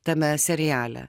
tame seriale